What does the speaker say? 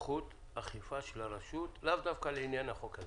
סמכות אכיפה של הרשות, לאו דווקא לעניין החוק הזה.